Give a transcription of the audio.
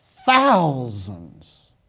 thousands